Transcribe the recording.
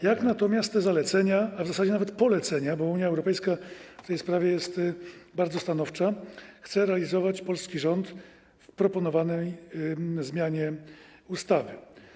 Jak natomiast te zalecenia, a w zasadzie polecenia - Unia Europejska w tej sprawie jest bardzo stanowcza - chce realizować polski rząd w proponowanej zmianie ustawy?